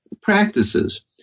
practices